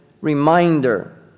reminder